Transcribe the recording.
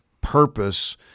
purpose